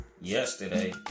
yesterday